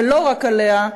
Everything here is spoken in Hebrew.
ולא רק עליה,